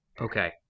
Okay